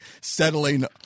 settling